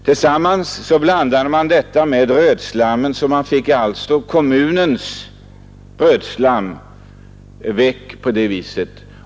Slutprodukten blandades med stadens rötslam, som man alltså fick bort på det viset.